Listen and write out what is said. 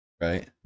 right